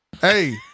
Hey